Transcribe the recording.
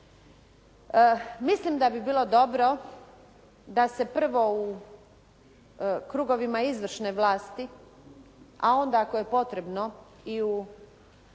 Mislim da bi bilo dobro da se prvo u krugovima izvršne vlasti, a onda ako je potrebno i u